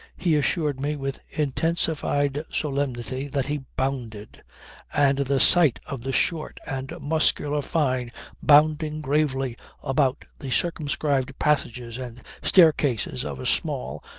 he assured me with intensified solemnity that he bounded and the sight of the short and muscular fyne bounding gravely about the circumscribed passages and staircases of a small,